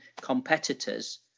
competitors